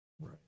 Right